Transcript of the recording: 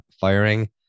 firing